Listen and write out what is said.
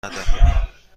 ندهیم